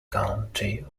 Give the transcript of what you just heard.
county